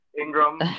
Ingram